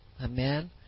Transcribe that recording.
Amen